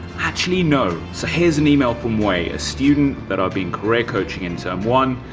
actually, no. so here's an email from wei, a student that i've been career coaching in term one,